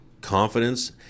confidence